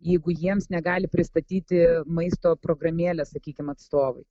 jeigu jiems negali pristatyti maisto programėlė sakykim atstovai